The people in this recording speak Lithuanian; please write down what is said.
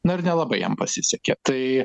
na ir nelabai jam pasisekė tai